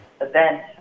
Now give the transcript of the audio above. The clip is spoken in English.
event